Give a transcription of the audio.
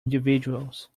individuals